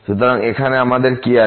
সুতরাং এখানে আমাদের কি আছে